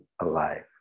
alive